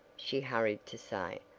she hurried to say,